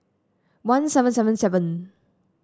one seven seven seven